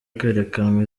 kwerekanwa